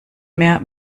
mehr